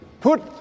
put